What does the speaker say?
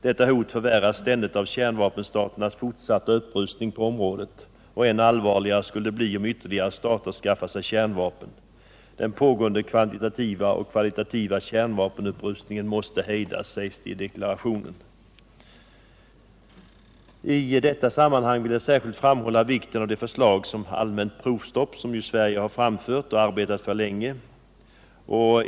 Detta hot förvärras ständigt av kärnvapenstaternas fortsatta upprustning på området. Än allvarligare skulle det bli om ytterligare stater skaffade sig kärnvapen. Den pågående kvantitativa och kvalitativa kärnvapenupprustningen måste hejdas, sägs det i deklarationen. I detta sammanhang vill jag särskilt framhålla vikten av det förslag om ett allmänt provstopp som Sverige har framfört och arbetat länge för.